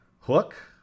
hook